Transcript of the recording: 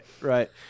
right